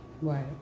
Right